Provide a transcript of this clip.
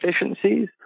efficiencies